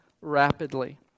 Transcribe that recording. rapidly